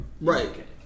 Right